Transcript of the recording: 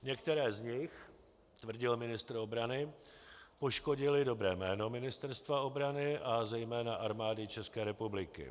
Některé z nich, tvrdil ministr obrany, poškodily dobré jméno Ministerstva obrany a zejména Armády České republiky.